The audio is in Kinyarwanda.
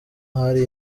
hari